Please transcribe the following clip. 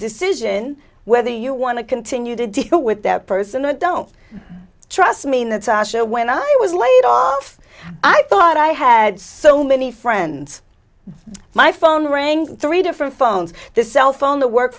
decision whether you want to continue to deal with that person and don't trust me that sasha when i was laid off i thought i had so many friends my phone rang three different phones the cell phone